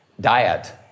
diet